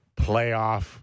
playoff